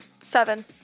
Seven